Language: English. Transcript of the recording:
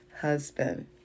husband